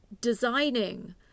designing